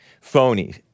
Phony